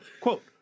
Quote